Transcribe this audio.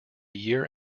year